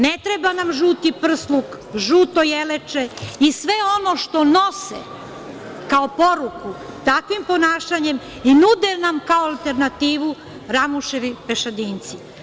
Ne treba nam žuti prsluk, žuto jeleče i sve ono što nose kao poruku takvim ponašanjem i nude nam kao alternativu Ramuševi pešadinci.